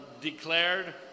declared